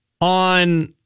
on